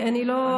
אני לא,